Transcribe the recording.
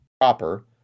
proper